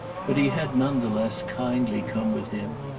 but he had none the less kindly come with him,